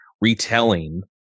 retelling